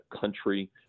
country